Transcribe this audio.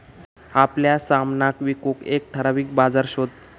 आपल्या सामनाक विकूक एक ठराविक बाजार शोध